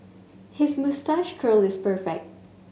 his moustache curl is perfect